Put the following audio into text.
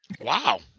Wow